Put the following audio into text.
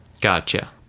Gotcha